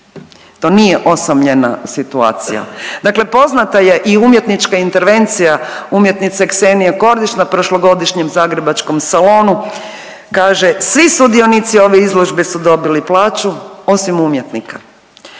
To nije osamljena situacija. Dakle, poznata je i umjetnička intervencija umjetnice Ksenije Kordić na prošlogodišnjem zagrebačkom salonu. Kaže svi sudionici ove izložbe su dobili plaću osim umjetnika.